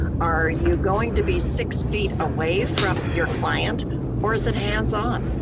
are you going to be six feet away from your client or is it hands on?